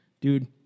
Dude